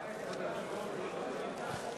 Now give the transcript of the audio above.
אין רמקול.